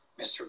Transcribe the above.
Mr